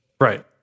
Right